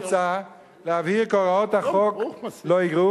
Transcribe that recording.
מוצע להבהיר כי הוראות החוק לא יגרעו